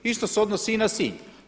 Isto se odnosi i na Sinj.